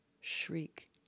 shriek